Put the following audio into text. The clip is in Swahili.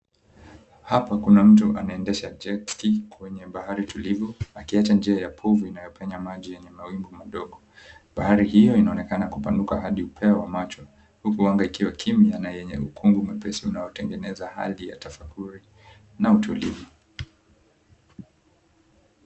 Hapa kuna mtu anaendesha Jetski kwenye bahari tulivu, akiacha njia ya povu inayopenya maji yenye mawimbi madogo. Bahari hiyo inaonekana kupanuka hadi upeo wa macho, huku anga ikiwa kimya na yenye ukungu mwepesi unaotengeneza hali ya tafakuri na utulivu.